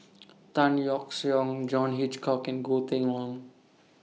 Tan Yeok Seong John Hitchcock and Goh Kheng Long